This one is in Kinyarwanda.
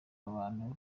abantu